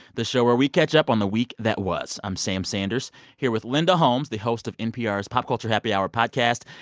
the show where we catch up on the week that was. i'm sam sanders here with linda holmes, the host of npr's pop culture happy hour podcast,